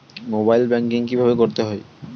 Mobile banking কীভাবে করতে হয়?